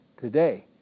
today